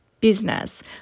business